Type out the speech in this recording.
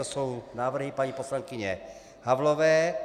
To jsou návrhy paní poslankyně Havlové.